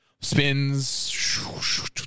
Spins